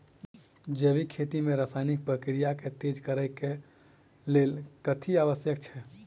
जैविक खेती मे रासायनिक प्रक्रिया केँ तेज करै केँ कऽ लेल कथी आवश्यक छै?